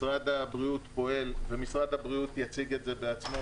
משרד הבריאות יציג את זה בעצמו,